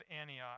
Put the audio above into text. Antioch